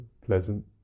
pleasant